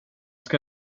ska